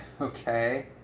Okay